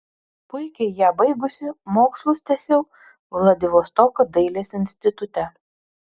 puikiai ją baigusi mokslus tęsiau vladivostoko dailės institute